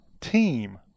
team